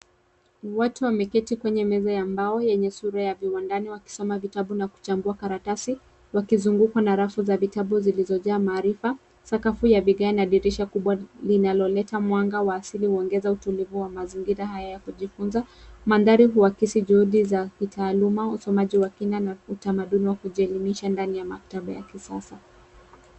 Watu wameketi kwenye meza ya mbao yenye sura ya viwandani wakisoma vitabu na kuchambua karatasi wakizungukwa na rafu za vitabu zilizo jaa maarifa, sakafu ya vigae na dirisha kubwa linaloleta mwanga wa asili huongeza utulivu wa mazingira haya kujifunza. Mandhari huakisi juhudi za utaaluma usomaji wa kina na utamaduni wa kujieleimisha ndani ya maktaba ya kisasa.